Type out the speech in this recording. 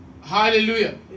Hallelujah